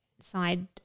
side